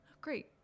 great